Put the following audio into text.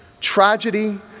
Tragedy